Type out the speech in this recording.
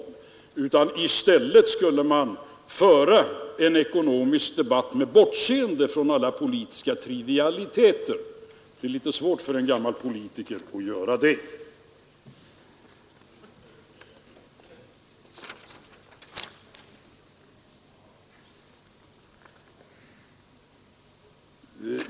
I stället borde man föra en ekonomisk debatt med bortseende från alla politiska trivialiteter. Det är emellertid svårt för en gammal politiker att göra det.